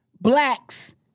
blacks